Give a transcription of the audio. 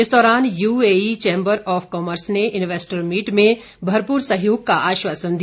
इस दौरान UAE chamber of commerce ने इन्वेस्टर मीट में भरपूर सहयोग का आश्वासन दिया